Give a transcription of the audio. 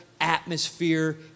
atmosphere